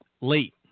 late